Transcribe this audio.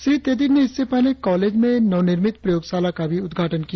श्री तेदिर ने इससे पहले कॉलेज में नवनिर्मित प्रयोगशाला का भी उद्घाटन किया